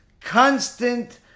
constant